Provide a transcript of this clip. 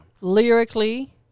Lyrically